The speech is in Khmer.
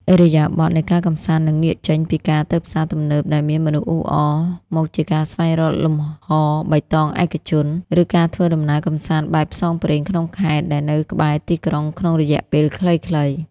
ឥរិយាបថនៃការកម្សាន្តនឹងងាកចេញពីការទៅផ្សារទំនើបដែលមានមនុស្សអ៊ូអរ មកជាការស្វែងរក "លំហបៃតងឯកជន" ឬការធ្វើដំណើរកម្សាន្តបែបផ្សងព្រេងក្នុងខេត្តដែលនៅក្បែរទីក្រុងក្នុងរយៈពេលខ្លីៗ។